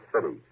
city